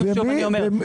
שוב אני אומר,